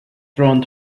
thrown